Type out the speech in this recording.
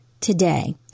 today